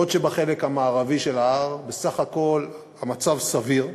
בעוד שבחלק המערבי של ההר בסך הכול המצב סביר,